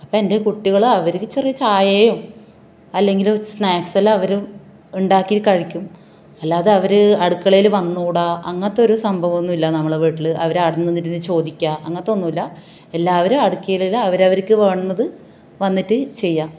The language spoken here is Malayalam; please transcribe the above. അപ്പം എൻ്റെ കുട്ടികൾ അവർക്ക് ചെറിയ ചായയോ അല്ലെങ്കിൽ സ്നാക്സ് എല്ലാം അവർ ഉണ്ടാക്കി കഴിക്കും അല്ലാതെ അവർ അടുക്കളയിൽ വന്നുകൂട അങ്ങനത്തെ ഒരു സംഭവമൊന്നുമില്ല നമ്മളെ വീട്ടിൽ അവർ ആടെ നിന്നിട്ട് തന്നെ ചോദിക്കുക അങ്ങനത്തെ ഒന്നുമില്ല എല്ലാവരും അടുക്കളയിൽ അവരവർക്ക് വേണ്ടത് വന്നിട്ട് ചെയ്യുക